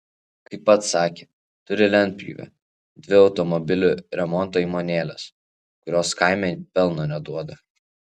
kaip pats sakė turi lentpjūvę dvi automobilių remonto įmonėles kurios kaime pelno neduoda